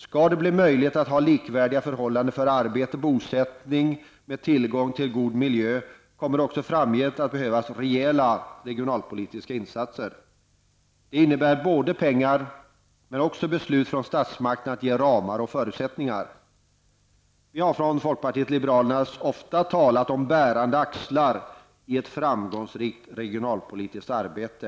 Skall det bli möjligt att ha likvärdiga förhållanden för arbete, bosättning och tillgång till god miljö kommer det också framgent att behövas rejäla regionalpolitiska insatser. Det krävs såväl pengar som beslut från statsmakten om att ge ramar och förutsättningar. Vi har från folkpartiet liberalerna ofta talat om bärande axlar i ett framgångsrikt regionalpolitiskt arbete.